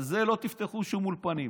על זה לא תפתחו שום אולפנים.